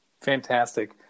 Fantastic